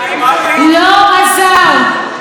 לא עזר.